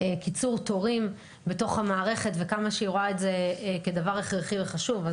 קיצור תורים בתוך המערכת וכמה שהיא רואה את זה כדבר הכרחי וחשוב.